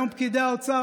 היום פקידי האוצר,